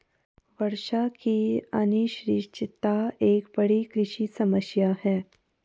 वर्षा की अनिश्चितता एक बड़ी कृषि समस्या है